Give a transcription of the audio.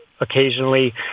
occasionally